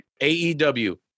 AEW